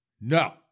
No